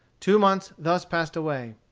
two months thus passed away.